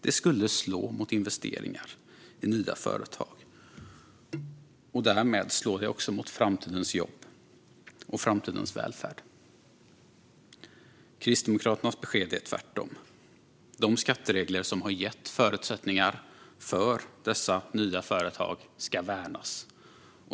Det skulle slå mot investeringar i nya företag. Därmed skulle det också slå mot framtidens jobb och framtidens välfärd. Kristdemokraternas besked är tvärtom att de skatteregler som har gett förutsättningar för dessa nya företag ska värnas.